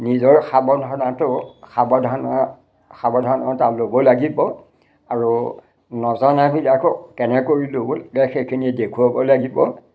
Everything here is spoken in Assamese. নিজৰ সাৱধানতো সাৱধান সাৱধানতা ল'ব লাগিব আৰু নজনাবিলাকো কেনেকৈ ল'ব সেইখিনি দেখুৱাব লাগিব